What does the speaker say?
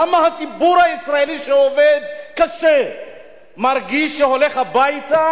למה הציבור הישראלי שעובד קשה מרגיש שהוא הולך הביתה